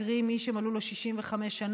קרי מי שמלאו לו 65 שנה,